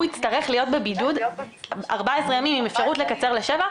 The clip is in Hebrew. הוא יצטרך להיות בבידוד 14 ימים עם אפשרות לקצר ל-7,